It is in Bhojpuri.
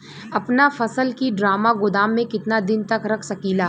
अपना फसल की ड्रामा गोदाम में कितना दिन तक रख सकीला?